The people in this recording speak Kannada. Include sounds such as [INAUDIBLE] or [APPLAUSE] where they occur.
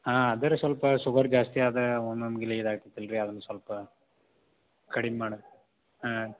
ಹಾಂ ಅದೆ ರೀ ಸ್ವಲ್ಪ ಶುಗರ್ ಜಾಸ್ತಿ ಅದು [UNINTELLIGIBLE] ಇದಾಗ್ತೈತೆ ಅಲ್ರಿ ಅದೊಂದು ಸ್ವಲ್ಪ ಕಡಿಮೆ ಮಾಡಕ್ಕೆ ಹಾಂ ರೀ